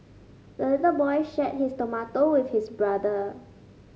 the little boy shared his tomato with his brother